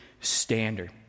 standard